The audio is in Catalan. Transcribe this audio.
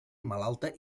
malalta